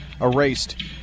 erased